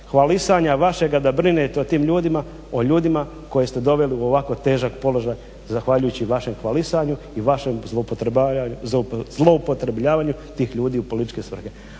hvalisanja vašega da brinete o tim ljudima, o ljudima koje ste doveli u ovako težak položaj zahvaljujući vašem hvalisanju i vašem zloupotrebljavanju tih ljudi u političke svrhe.